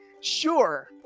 sure